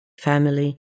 family